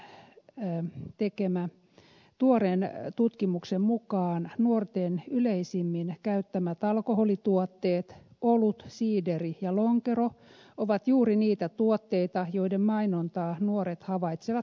tns gallupin tekemän tuoreen tutkimuksen mukaan nuorten yleisimmin käyttämät alkoholituotteet olut siideri ja lonkero ovat juuri niitä tuotteita joiden mainontaa nuoret havaitsevat parhaiten